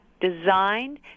Designed